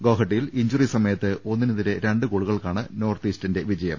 ഗോഹട്ടിയിൽ injury സമയത്ത് ഒന്നിനെതിരെ രണ്ട് ഗോളുകൾക്കാണ് നോർത്ത് ഈസ്റ്റിന്റെ വിജയം